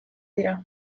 dira